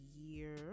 year